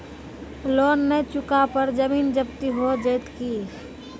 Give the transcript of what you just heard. Loan न चुका पर जमीन जब्ती हो जैत की?